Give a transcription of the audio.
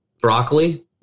Broccoli